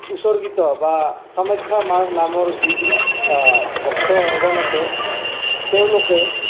উৎসৰ্গিত বা কামাখ্যা মাৰ নামৰ যিবিলাক ভক্তগণ অছে তেওঁলোকে